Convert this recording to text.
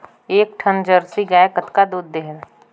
एक ठन जरसी गाय कतका दूध देहेल?